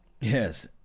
Yes